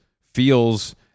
feels